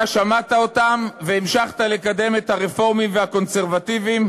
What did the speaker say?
אתה שמעת אותם והמשכת לקדם את הרפורמים והקונסרבטיבים,